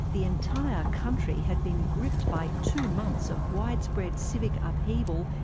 the entire country had been gripped by two months of widespread civic upheaval,